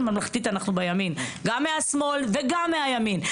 ממלכתיים אנחנו בימין גם מן השמאל וגם מן הימין,